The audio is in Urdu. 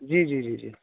جی جی جی جی